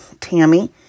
tammy